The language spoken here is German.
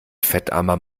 fettarmer